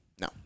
No